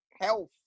Health